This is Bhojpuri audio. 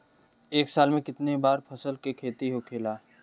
एक साल में कितना बार फसल के खेती होखेला?